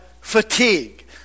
fatigue